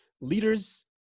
leaders